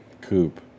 Coupe